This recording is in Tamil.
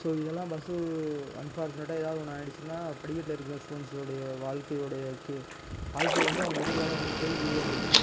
ஸோ இதெல்லாம் பஸ்ஸு அன் ஃபார்ச்சுனேட்டாக ஏதாவது ஒன்று ஆயிடுச்சுனா படிக்கட்டில் இருக்கிற ஸ்டூடெண்ட்ஸோடைய வாழ்கையோடைய கே வாழ்க்கை வந்து அவங்க எதிர்காலம் கேள்விக்குறியாக போயிவிடும்